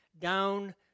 down